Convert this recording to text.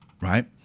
Right